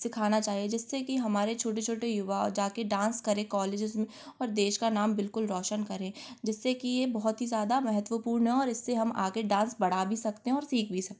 सिखाना चाहिए जिससे की हमारे छोटे छोटे युवा जाकर डांस करें कॉलेजेस में और देश का नाम बिल्कुल रौशन करें जिससे कि यह बहुत ही ज़्यादा महत्वपूर्ण है और इससे हम आगे डांस बढ़ा भी सकते हैं और सीख भी सकते